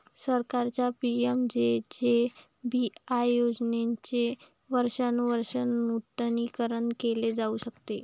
सरकारच्या पि.एम.जे.जे.बी.वाय योजनेचे वर्षानुवर्षे नूतनीकरण केले जाऊ शकते